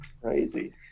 crazy